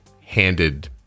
handed